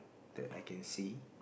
that I can see